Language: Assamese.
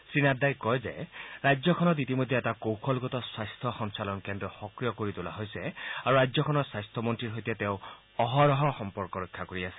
শ্ৰীনাড্ডাই কয় যে ৰাজ্যখনত ইতিমধ্যে এটা কৌশলগত স্বাস্থ্য সঞ্চালন কেন্দ্ৰ সক্ৰিয় কৰি তোলা হৈছে আৰু ৰাজ্যখনৰ স্বাস্থ্যমন্ত্ৰীৰ সৈতে তেওঁ অহৰহ সম্পৰ্ক ৰক্ষা কৰি আছে